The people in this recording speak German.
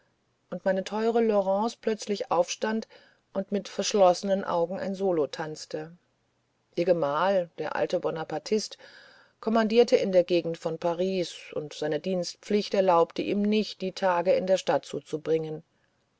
und meine teure laurence plötzlich aufstand und mit verschlossenen augen ein solo tanzte ihr gemahl der alte bonapartist kommandierte in der gegend von paris und seine dienstpflicht erlaubte ihm nicht die tage in der stadt zuzubringen